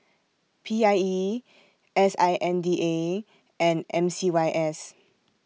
P I E S I N D A and M C Y S